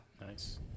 nice